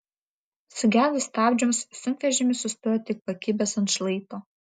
sugedus stabdžiams sunkvežimis sustojo tik pakibęs ant šlaito